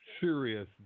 serious